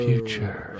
Future